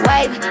Wipe